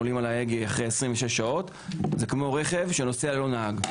עולים על ההגה אחרי 26 שעות זה כמו רכב שנוסע ללא נהג.